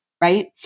Right